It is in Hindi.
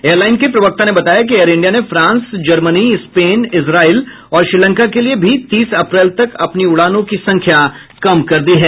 एयरलाइन के प्रवक्ता ने बताया कि एयर इंडिया ने फ्रांस जर्मनी स्पेन इस्राइल और श्रीलंका के लिए भी तीस अप्रैल तक अपनी उड़ानों की संख्या कम कर दी हैं